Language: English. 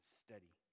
steady